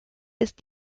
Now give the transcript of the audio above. ist